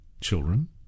children